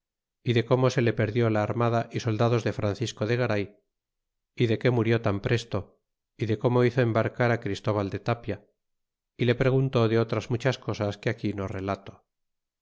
y de como se le perdió la armada y soldados de francisco de garay y de que murió tan presto y de como hizo embarcar á christóval de tapia y le preguntó de otras muchas cosas que aquí no relato